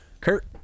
Kurt